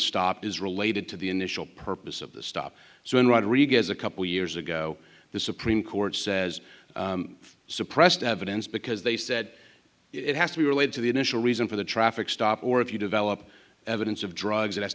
stop is related to the initial purpose of the stop so when rodriguez a couple years ago the supreme court says suppressed evidence because they said it has to be relayed to the initial reason for the traffic stop or if you develop evidence of drugs it has